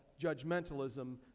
judgmentalism